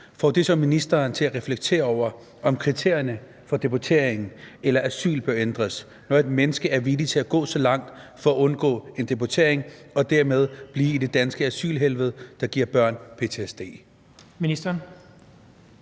får det så ministeren til at reflektere over, om kriterierne for deportering eller asyl bør ændres, når et menneske er villig til at gå så langt for at undgå deportering og dermed blive i det danske asylhelvede, der giver børn ptsd?